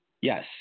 Yes